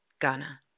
Ghana